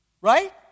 Right